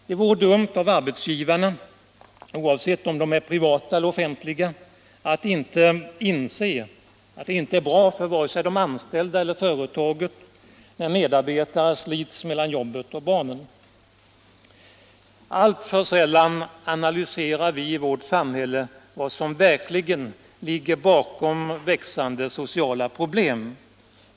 Det vore dumt av arbetsgivarna — oavsett om de är privata eller offentliga — att inte inse att det inte är bra för vare sig de anställda eller företaget när medarbetare slits mellan jobbet och barnen. Alltför sällan analyserar vi i vårt samhälle vad som verkligen ligger bakom växande sociala problem.